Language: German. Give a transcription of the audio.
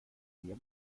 mir